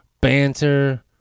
banter